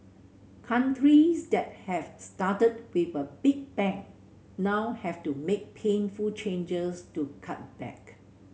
countries that have started with a big bang now have to make painful changes to cut back